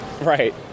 Right